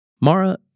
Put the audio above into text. Mara